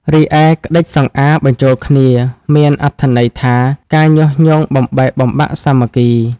រីឯ ក្ដិចសង្អារបញ្ចូលគ្នា មានអត្ថន័យថា ការញុះញង់បំបែកបំបាក់សាមគ្គី ។